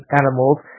animals